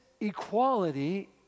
equality